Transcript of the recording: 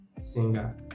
singer